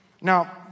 Now